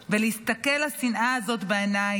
ולהסתכל לשנאה הזאת בעיניים,